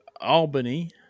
Albany